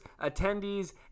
attendees